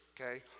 Okay